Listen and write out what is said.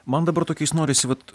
man dabar tokiais norisi vat